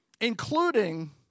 Including